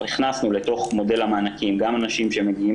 הכנסנו לתוך מודל המענקים גם אנשים שמגיעים